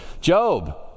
Job